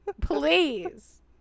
please